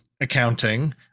accounting